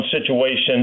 situation